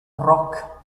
rock